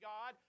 God